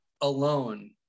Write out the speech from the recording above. alone